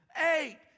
eight